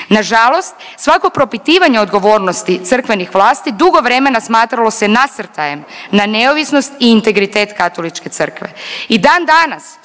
Nažalost, svako propitivanje odgovornosti crkvenih vlasti dugo vremena smatralo se nastajem na neovisnost i integritet Katoličke Crkve